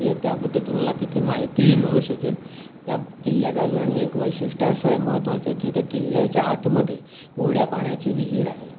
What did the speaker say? ते त्याबद्दल तुम्हाला तिथे माहितीही मिळू शकेल त्या किल्ल्याचं अजून एक वैशिष्ट्य असं आहे महत्त्वाचं आहे की त्या किल्ल्याच्या आतमध्ये गोड्या पाण्याची विहीर आहे